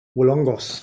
Wolongos